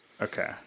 Okay